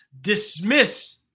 dismiss